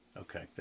Okay